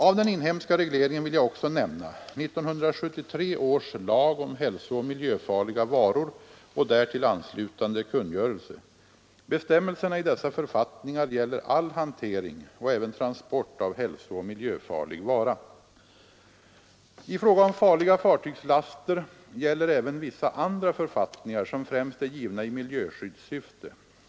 Av den inhemska regleringen vill jag också nämna 1973 års lag om hälsooch miljöfarliga varor och därtill anslutande kungörelse. Bestämmelserna i dessa författningar gäller all hantering och även transport av hälsooch miljöfarlig vara. I fråga om farliga fartygslaster gäller även vissa andra författningar som främst är givna i miljöskyddssyfte.